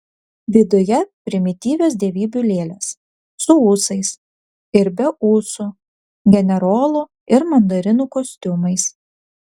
viduje primityvios dievybių lėlės su ūsais ir be ūsų generolų ir mandarinų kostiumais